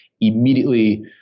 immediately